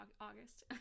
August